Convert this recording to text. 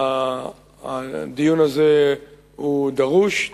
הדיון הזה דרוש,